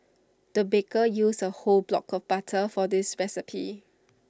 the baker used A whole block of butter for this recipe